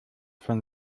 von